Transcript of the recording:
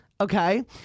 Okay